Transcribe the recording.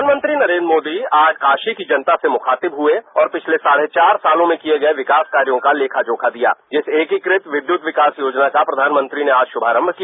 प्रधानमंत्री नरेन्द्र मोदी आज काशी की जनतासे मुखातिब हुए और पिछले साढ़े चार सालों में किए गए विकास कार्यों का लेखा जोखा दिया जिस एकीकृत विद्युत विकास योजना का प्रधानमंत्री ने आज शुभारम किया